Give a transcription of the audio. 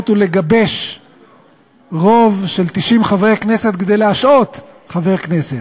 ולגבש רוב של 90 חברי כנסת כדי להשעות חבר כנסת,